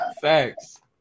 Thanks